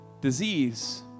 disease